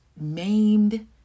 maimed